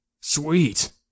Sweet